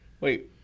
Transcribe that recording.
Wait